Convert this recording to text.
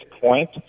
point